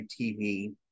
TV